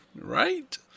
Right